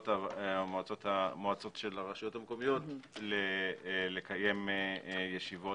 המועצות של הרשויות המקומיות לקיים ישיבות.